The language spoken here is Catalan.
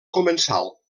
comensal